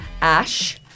Ash